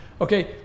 okay